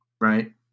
right